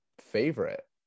favorite